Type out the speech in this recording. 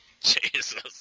Jesus